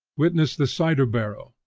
witness the cider-barrel,